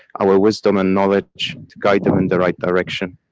our wisdom and knowledge to guide them in the right direction.